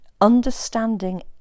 Understanding